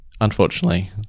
Unfortunately